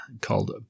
called